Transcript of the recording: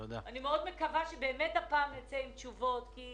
אני מאוד מקווה שהפעם נצא עם תשובות, כי